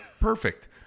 perfect